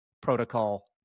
protocol